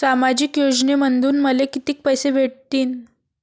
सामाजिक योजनेमंधून मले कितीक पैसे भेटतीनं?